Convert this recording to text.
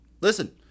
listen